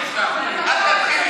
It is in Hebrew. אל תזלזל.